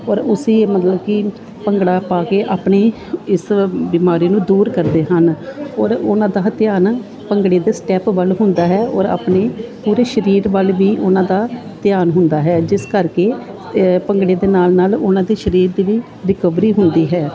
ਔਰ ਉਸੀ ਮਤਲਬ ਕਿ ਭੰਗੜਾ ਪਾ ਕੇ ਆਪਣੀ ਇਸ ਬਿਮਾਰੀ ਨੂੰ ਦੂਰ ਕਰਦੇ ਹਨ ਔਰ ਉਹਨਾਂ ਦਾ ਹਰ ਧਿਆਨ ਭੰਗੜੇ ਦੇ ਸਟੈਪ ਵੱਲ ਹੁੰਦਾ ਹੈ ਔਰ ਆਪਣੀ ਪੂਰੀ ਸਰੀਰ ਵੱਲ ਵੀ ਉਹਨਾਂ ਦਾ ਧਿਆਨ ਹੁੰਦਾ ਹੈ ਜਿਸ ਕਰਕੇ ਭੰਗੜੇ ਦੇ ਨਾਲ ਨਾਲ ਉਹਨਾਂ ਦੇ ਸਰੀਰ ਦੀ ਵੀ ਰਿਕਵਰੀ ਹੁੰਦੀ ਹੈ